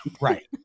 Right